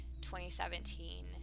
2017